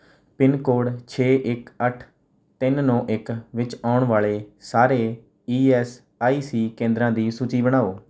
pin code ਛੇ ਇੱਕ ਅੱਠ ਤਿੰਨ ਨੌਂ ਇੱਕ ਵਿੱਚ ਆਉਣ ਵਾਲੇ ਸਾਰੇ ਈ ਐੱਸ ਆਈ ਸੀ ਕੇਂਦਰਾਂ ਦੀ ਸੂਚੀ ਬਣਾਓ